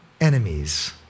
enemies